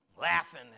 Laughing